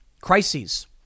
crises